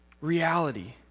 reality